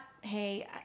hey